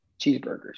cheeseburgers